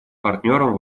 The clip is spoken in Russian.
партнером